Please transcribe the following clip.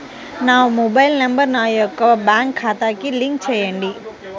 నా mobile number నా యొక్క బ్యాంక్ ఖాతాకి లింక్ చేయండీ?